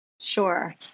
sure